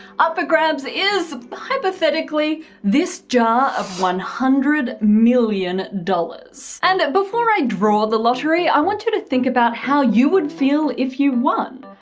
up for grabs is hypothetically this jar of one hundred million dollars. and before i draw the lottery, i want you to think about how you would feel if you won.